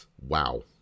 Wow